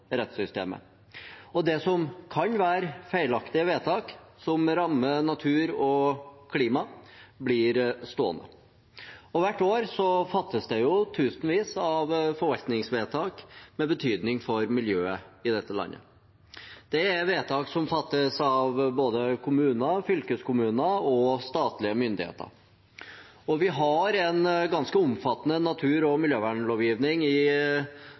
rettssystemet. Og det som kan være feilaktige vedtak som rammer natur og klima, blir stående. Hvert år fattes det tusenvis av forvaltningsvedtak med betydning for miljøet i dette landet. Det er vedtak som fattes både av kommuner, fylkeskommuner og statlige myndigheter. Vi har en ganske omfattende natur- og miljøvernlovgivning i